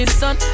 sun